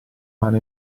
mano